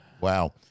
Wow